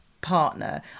partner